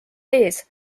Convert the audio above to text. ees